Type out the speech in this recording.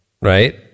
right